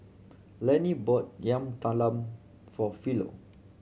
Lenny bought Yam Talam for Philo